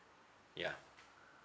yeah